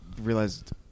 realized